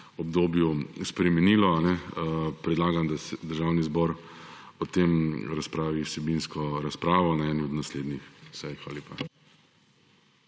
obdobju spremenilo, predlagam, da Državni zbor o tem razpravi vsebinsko razpravo na eni od naslednji sej. Hvala lepa.